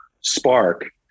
spark